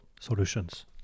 solutions